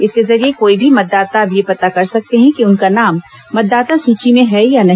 इसके जरिए कोई भी मतदाता अब यह पता कर सकते हैं कि उनका नाम मतदाता सूची में है या नहीं